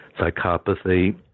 psychopathy